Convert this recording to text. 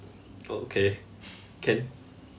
okay can